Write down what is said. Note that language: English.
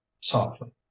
softly